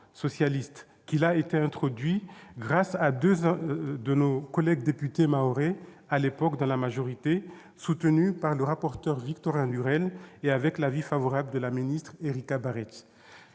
socialiste qu'il a été introduit, grâce à deux de nos collègues députés mahorais, à l'époque dans la majorité, soutenus par le rapporteur Victorin Lurel, et avec l'avis favorable de la ministre des outre-mer,